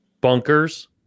bunkers